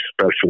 special